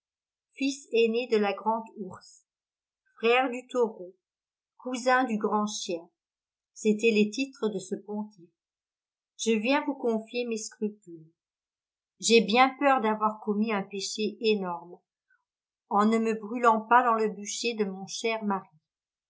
fils aîné de la grande ourse frère du taureau cousin du grand chien c'étaient les titres de ce pontife je viens vous confier mes scrupules j'ai bien peur d'avoir commis un péché énorme en ne me brûlant pas dans le bûcher de mon cher